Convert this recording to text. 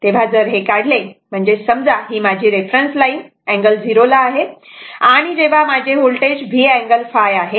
तेव्हा जर हे काढले समजा ही माझी रेफरन्स लाईन अँगल 0 ला आहे आणि जेव्हा माझे व्होल्टेज V अँगल ϕ आहे